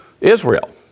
Israel